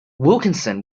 wilkinson